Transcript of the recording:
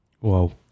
Wow